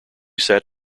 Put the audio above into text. sat